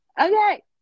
okay